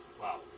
Wow